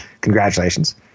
Congratulations